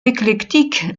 éclectique